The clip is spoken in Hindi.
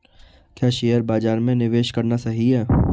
क्या शेयर बाज़ार में निवेश करना सही है?